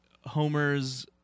Homer's